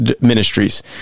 ministries